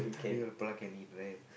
you know the can eat rat